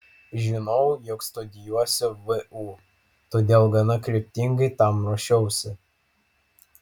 žinojau jog studijuosiu vu todėl gana kryptingai tam ruošiausi